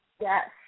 Yes